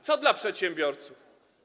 Co dla przedsiębiorców?